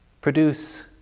Produce